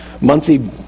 Muncie